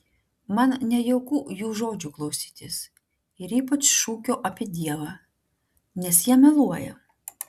man nejauku jų žodžių klausytis ir ypač šūkio apie dievą nes jie meluoja